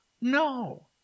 No